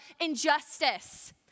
injustice